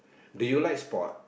do you like sport